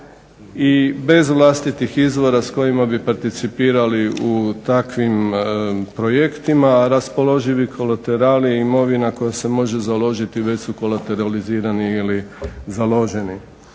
i bez vlastitih izvora s kojima bi participirali u takvim projektima raspoloživi kolaterali i imovina koja se može založiti već su kolateralizirani ili založeni.